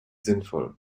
sinnvoll